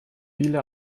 viele